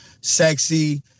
sexy